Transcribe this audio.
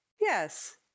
Yes